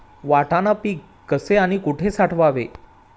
वाटाणा पीक कसे आणि कुठे साठवावे?